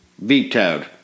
vetoed